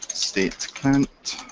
state count